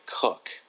cook